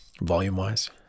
volume-wise